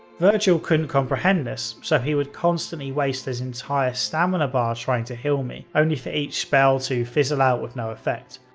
virgil couldn't comprehend this, so he would constantly waste his entire stamina bar trying to heal me, only for each spell to fizzle out with no effect.